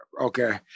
Okay